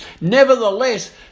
Nevertheless